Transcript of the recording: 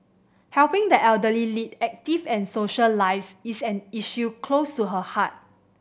helping the elderly lead active and social lives is an issue close to her heart